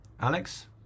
Alex